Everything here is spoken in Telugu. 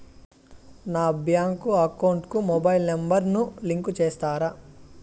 నా బ్యాంకు అకౌంట్ కు మొబైల్ నెంబర్ ను లింకు చేస్తారా?